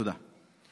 תודה.